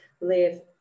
live